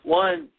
one